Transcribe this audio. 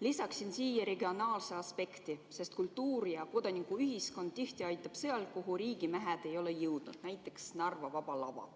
Lisaksin siia regionaalse aspekti, sest kultuur ja kodanikuühiskond aitab tihti ka seal, kuhu riigimehed ei ole jõudnud. Näiteks Narva Vaba Lava.